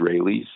Israelis